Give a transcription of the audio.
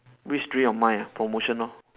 which dream of mine ah promotion lor